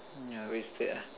yeah wasted ah